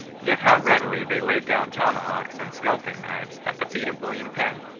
yet how readily they laid down tomahawks and scalping-knives at the feet of william penn!